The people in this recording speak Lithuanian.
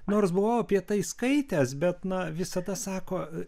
nors buvau apie tai skaitęs bet na visada sako